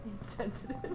insensitive